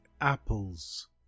apples